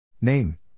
name